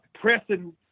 pressing